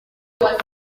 aba